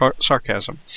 sarcasm